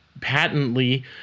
patently